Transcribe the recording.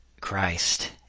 Christ